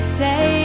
say